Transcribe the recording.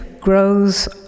grows